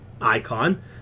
icon